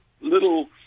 little